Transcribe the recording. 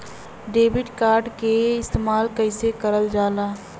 Debit card के इस्तेमाल कइसे करल जाला?